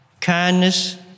kindness